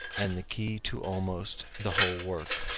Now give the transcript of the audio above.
and the key to almost the whole work.